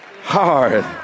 hard